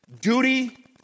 Duty